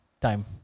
time